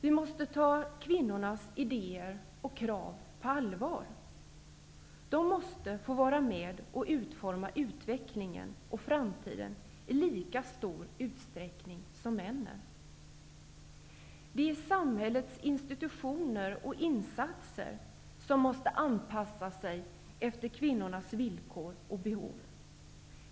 Vi måste ta kvinnornas idéer och krav på allvar. Kvinnorna måste få vara med och utforma utvecklingen och framtiden i lika stor utsträckning som männen. Det är samhällets institutioner och insatser som måste anpassas till kvinnornas villkor och behov.